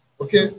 Okay